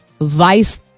vice